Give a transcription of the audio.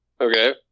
Okay